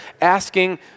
asking